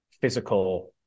physical